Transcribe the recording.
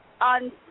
on